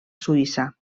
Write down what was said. suïssa